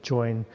join